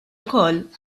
ukoll